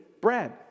bread